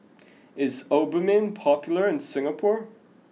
is Obimin popular in Singapore